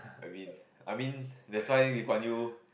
I win I mean that's why Lee Kuan Yew